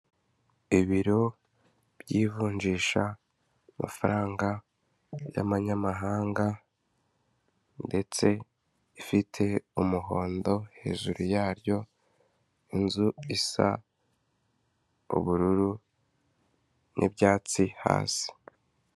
Ibiro by'ivunjisha amafaranga y'amanyamahanga ndetse ifite umuhondo hejuru yaryo inzu isa ubururu n'ibyatsi hasi.